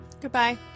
Goodbye